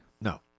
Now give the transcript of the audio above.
No